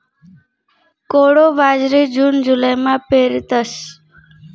कोडो बाजरी जून जुलैमा पेरतस